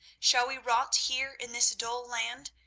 shall we rot here in this dull land,